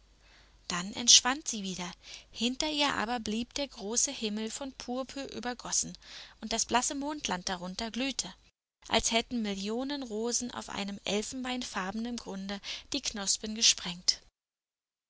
dann entschwand sie wieder hinter ihr aber blieb der große himmel von purpur übergossen und das blasse mondland darunter glühte als hätten millionen rosen auf seinem elfenbeinfarbenen grunde die knospen gesprengt